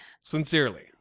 Sincerely